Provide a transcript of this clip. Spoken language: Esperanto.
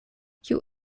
kiu